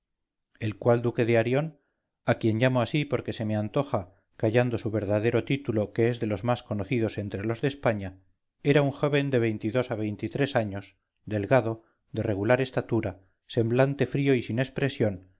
el cual duque de arión a quien llamo así porque se me antoja callando su verdadero título que es de los más conocidos entre los de españa era un joven de veintidós a veintitrés años delgado de regular estatura semblante frío y sin expresión